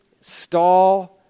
stall